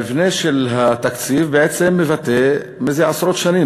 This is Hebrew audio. המבנה של התקציב בעצם מבטא זה עשרות שנים,